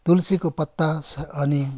तुलसीको पत्ता अनि